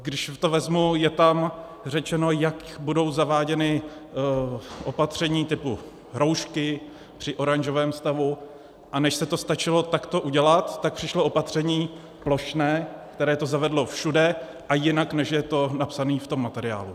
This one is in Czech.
Když to vezmu, je tam řečeno, jak budou zaváděna opatření typu roušky při oranžovém stavu, a než se to stačilo takto udělat, tak přišlo opatření plošné, které to zavedlo všude a jinak, než je to napsáno v tom materiálu.